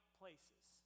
places